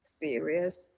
serious